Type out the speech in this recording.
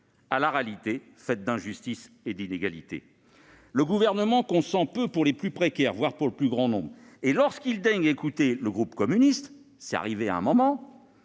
à la réalité, faite, elle, d'injustices et d'inégalités. Le Gouvernement consent peu pour les plus précaires et même pour le plus grand nombre. Lorsqu'il daigne écouter le groupe communiste- ça lui est arrivé !-,